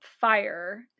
fire